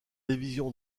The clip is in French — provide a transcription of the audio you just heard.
division